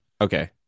Okay